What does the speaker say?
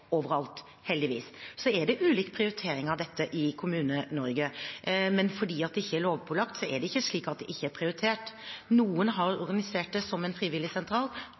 overalt – heldigvis. Det er slik at det er ulik prioritering av dette i Kommune-Norge, men det er ikke slik at det ikke er prioritert fordi det ikke er lovpålagt. Noen har organisert det som en